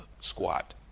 squat